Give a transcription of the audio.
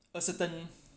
a certain